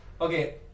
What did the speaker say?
Okay